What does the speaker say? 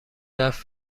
رفت